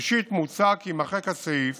שלישית, מוצע כי יימחק הסעיף